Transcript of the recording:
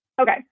Okay